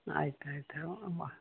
ಆಯ್ತು ಆಯ್ತು ಅಬ್ಬಾ